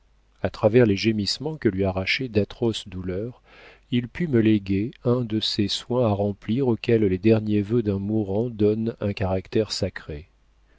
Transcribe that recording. a travers les gémissements que lui arrachaient d'atroces douleurs il put me léguer un de ces soins à remplir auxquels les derniers vœux d'un mourant donnent un caractère sacré